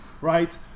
right